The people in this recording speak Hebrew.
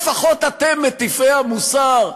אולי לפחות אתם, מטיפי המוסר,